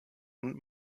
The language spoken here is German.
und